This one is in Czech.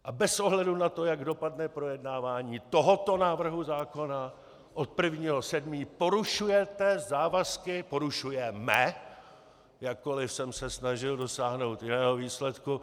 A bez ohledu na to, jak dopadne projednávání tohoto návrhu zákona, od 1. 7. porušujete závazky porušujeme závazky, jakkoliv jsem se snažil dosáhnout jiného výsledku.